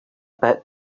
bit